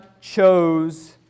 chose